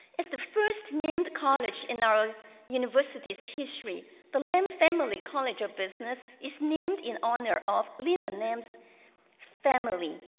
as the first named college in our university's history, the lam family college of business is named in honor of lyna lam's family,